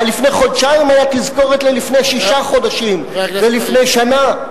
וה"לפני חודשיים" היה תזכורת על לפני שישה חודשים ולפני שנה.